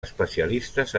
especialistes